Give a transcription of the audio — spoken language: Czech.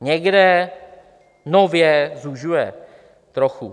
Někde nově zužuje, trochu.